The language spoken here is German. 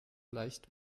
leicht